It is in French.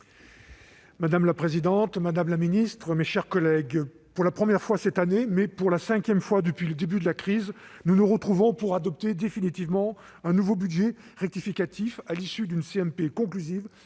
Madame la présidente, madame la secrétaire d'État, mes chers collègues, pour la première fois cette année, mais pour la cinquième fois depuis le début de la crise, nous nous retrouvons pour adopter définitivement un nouveau budget rectificatif, à l'issue d'une CMP conclusive